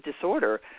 disorder